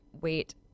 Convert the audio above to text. wait